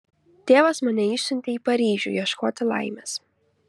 tėvas mane išsiuntė į paryžių ieškoti laimės